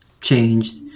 changed